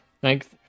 Thanks